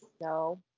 No